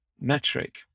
metric